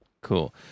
Cool